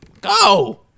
Go